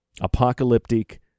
apocalyptic